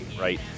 right